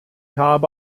habe